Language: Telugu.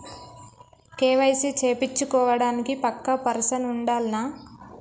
కే.వై.సీ చేపిచ్చుకోవడానికి పక్కా పర్సన్ ఉండాల్నా?